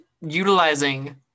utilizing